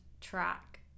track